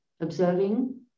observing